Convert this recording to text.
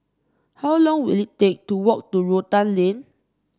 how long will it take to walk to Rotan Lane